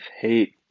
hate